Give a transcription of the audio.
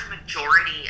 majority